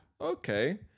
Okay